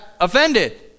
offended